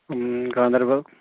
Ganderbal